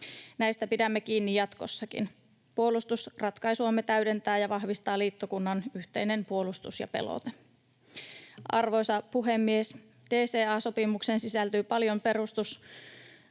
Näistä pidämme kiinni jatkossakin. Puolustusratkaisuamme täydentää ja vahvistaa liittokunnan yhteinen puolustus ja pelote. Arvoisa puhemies! DCA-sopimukseen sisältyy paljon